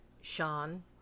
Sean